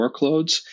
workloads